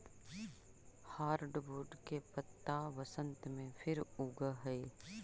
hardwood के पत्त्ता बसन्त में फिर उगऽ हई